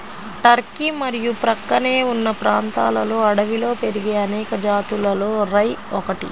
Turkey మరియు ప్రక్కనే ఉన్న ప్రాంతాలలో అడవిలో పెరిగే అనేక జాతులలో రై ఒకటి